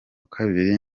kabiri